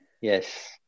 Yes